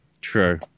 true